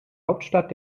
hauptstadt